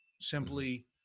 Simply